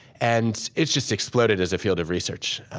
and it's just exploded as a field of research.